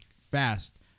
fast